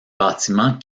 bâtiments